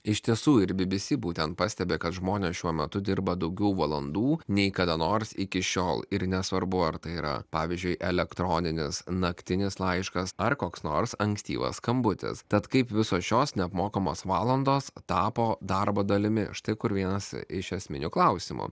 iš tiesų ir bi bi si būtent pastebi kad žmonės šiuo metu dirba daugiau valandų nei kada nors iki šiol ir nesvarbu ar tai yra pavyzdžiui elektroninis naktinis laiškas ar koks nors ankstyvas skambutis tad kaip visos šios neapmokamos valandos tapo darbo dalimi štai kur vienas iš esminių klausimų